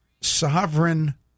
Sovereign